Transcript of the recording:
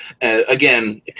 again